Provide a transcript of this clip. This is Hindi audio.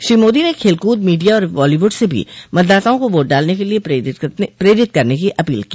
श्री मोदी ने खेलकूद मीडिया और बॉलीवुड से भी मतदाताओं को वोट डालने के लिए प्रेरित करने की अपील की